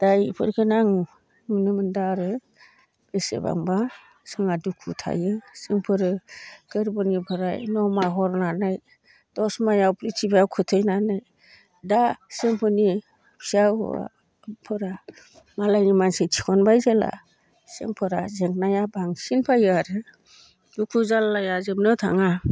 दा बेफोरखौनो आं नुनो मोनदों आरो बेसेबांबा जोंहा दुखु थायो जोंफोरो गोरबोनिफ्राय नमा हरनानै दस माहयाव प्रिथिबियाव खोथैनानै दा जोंफोरनि फिसा हौवाफोरा मालायनि मानसि थिखनबाय जेब्ला जोंफोरा जेंनाया बांसिन फैयो आरो दुखु जाल्लाया जोबनो थाङा